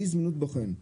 אי זמינות בוחן,